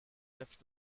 left